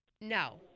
No